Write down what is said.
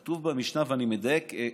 כתוב במשנה, ואני מדייק: